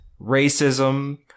racism